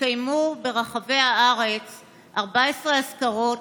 התקיימו ברחבי הארץ 14 אזכרות